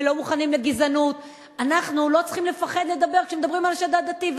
ולא מוכנים לגזענות אנחנו לא צריכים לפחד לדבר כשמדברים על השד העדתי.